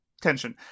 tension